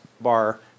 bar